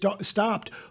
stopped